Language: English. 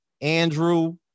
Andrew